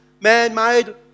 man-made